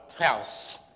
house